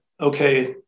okay